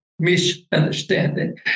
Misunderstanding